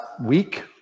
week